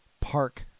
park